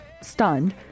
stunned